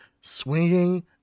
swinging